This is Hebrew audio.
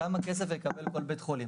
כמה כסף יקבל כל בית חולים.